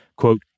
quote